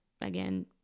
again